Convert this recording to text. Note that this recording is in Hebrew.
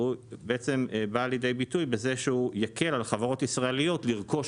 בא לידי ביטוי בזה שהוא יקל על חברות ישראליות לרכוש